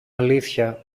αλήθεια